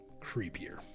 creepier